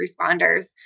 responders